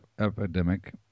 epidemic